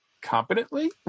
competently